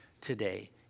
today